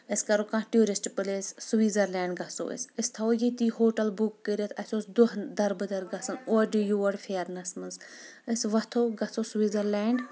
أسۍ کرو کانٛہہ ٹیوٗرسٹ پلیس سوزرلینڈ گژھو أسۍ أسۍ تھاوو ییٚتی ہوٹل بُک کٔرتھ اسہِ اوس دۄہ دربٕدر گژھن اورٕ یور پھیرنس منٛز أسۍ وتھو گژھو سوزرلینڈ